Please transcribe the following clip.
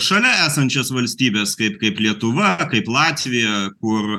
šalia esančias valstybes kaip kaip lietuva kaip latvija kur